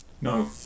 No